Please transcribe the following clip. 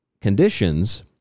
conditions